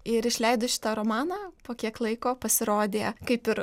ir išleidus šitą romaną po kiek laiko pasirodė kaip ir